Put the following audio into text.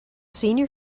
senior